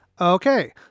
Okay